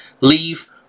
leave